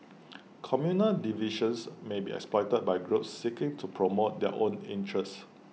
communal divisions may be exploited by groups seeking to promote their own interests